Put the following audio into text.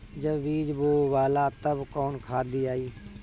जब बीज बोवाला तब कौन खाद दियाई?